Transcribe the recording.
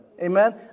amen